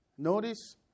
Notice